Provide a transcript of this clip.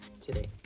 today